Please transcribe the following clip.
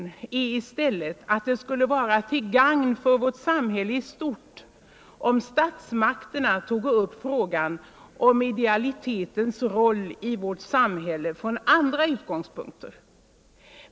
Den är i stället att det skulle vara till gagn för vårt samhälle i stort, om statsmakterna tog upp frågan om idealitetens roll i samhället från andra utgångspunkter.